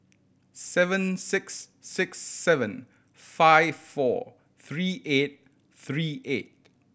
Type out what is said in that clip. seven six six seven five four three eight three eight